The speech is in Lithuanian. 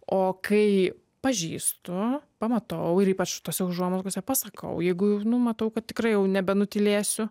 o kai pažįstu pamatau ir ypač tose užuomazgose pasakau jeigu nu matau kad tikrai jau nebenutylėsiu